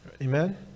Amen